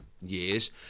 years